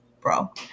bro